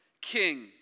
king